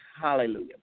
Hallelujah